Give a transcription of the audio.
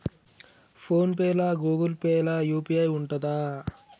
Phone pay లా Google Pay లా UPI ఉంటదా?